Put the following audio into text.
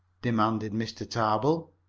demanded mr. tarbill.